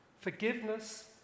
Forgiveness